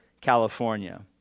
California